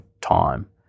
time